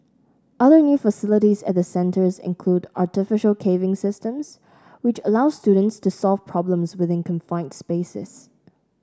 other new facilities at the centres include artificial caving systems which allow students to solve problems within confined spaces